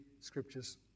scriptures